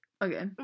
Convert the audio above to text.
Okay